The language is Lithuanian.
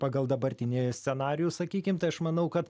pagal dabartinį scenarijų sakykim tai aš manau kad